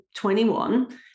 21